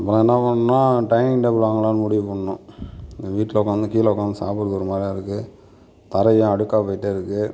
அப்புறம் என்ன பண்ணுனோம் டைனிங் டேபிள் வாங்கலாம்னு முடிவு பண்ணுனோம் வீட்டில் உக்கார்ந்து கீழே உக்கார்ந்து சாப்பிடுறது ஒரு மாதிரியாருக்கு தரையும் அழுக்காக போய்கிட்டேயிருக்கு